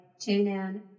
TuneIn